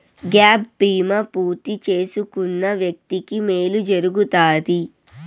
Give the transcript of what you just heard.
gap బీమా పూర్తి చేసుకున్న వ్యక్తికి మేలు జరుగుతాది